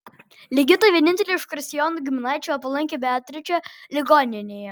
ligita vienintelė iš kristijono giminaičių aplankė beatričę ligoninėje